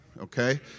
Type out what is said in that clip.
Okay